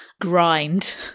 grind